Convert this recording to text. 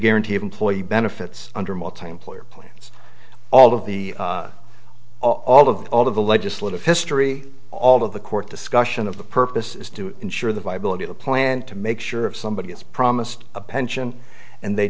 guarantee of employee benefits under multiemployer plans all of the all of the all of the legislative history all of the court discussion of the purpose is to insure the viability of a plan to make sure if somebody is promised a pension and they